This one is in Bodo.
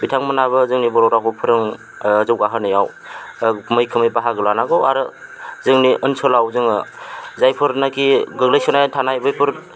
बिथांमोनहाबो जोंनि बर' रावखौ फोरों जौगाहोनायाव मैखोमै बाहागो लानांगौ आरो जोंनि ओनसोलाव जोङो जायफोर नाखि गोग्लैसोनानै थानाय बैफोर